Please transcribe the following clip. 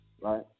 right